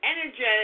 energetic